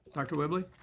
dr. whibley.